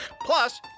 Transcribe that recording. Plus